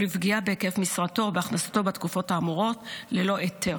או לפגיעה בהיקף משרתו או בהכנסתו בתקופות האמורות ללא היתר,